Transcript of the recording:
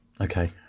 Okay